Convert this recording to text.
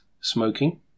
smoking